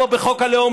כמו בחוק הלאום,